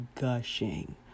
gushing